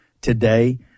today